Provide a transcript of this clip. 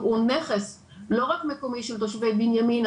הוא נכס לא רק מקומי של תושבי בנימינה,